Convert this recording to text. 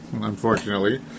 unfortunately